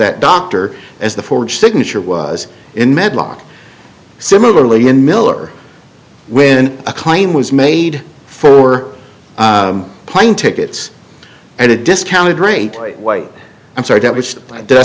that dr as the forge signature was in mid lock similarly in miller when a claim was made for plane tickets at a discounted rate way i'm sorry that was the